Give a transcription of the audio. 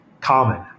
common